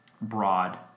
broad